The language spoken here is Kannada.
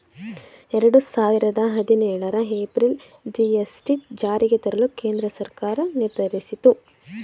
ಎರಡು ಸಾವಿರದ ಹದಿನೇಳರ ಏಪ್ರಿಲ್ ಜಿ.ಎಸ್.ಟಿ ಜಾರಿಗೆ ತರಲು ಕೇಂದ್ರ ಸರ್ಕಾರ ನಿರ್ಧರಿಸಿತು